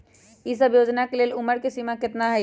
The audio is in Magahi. ई सब योजना के लेल उमर के सीमा केतना हई?